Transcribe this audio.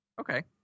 Okay